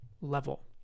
level